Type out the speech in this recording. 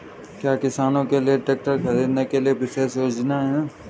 क्या किसानों के लिए ट्रैक्टर खरीदने के लिए विशेष योजनाएं हैं?